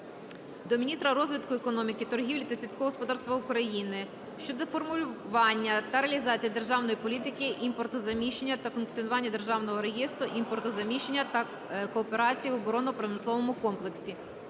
до міністра розвитку економіки, торгівлі та сільського господарства України щодо формування та реалізації державної політики імпортозаміщення та функціонування державного реєстру імпортозаміщення та кооперації в оборонно-промисловому комплексі.